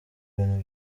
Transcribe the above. ibintu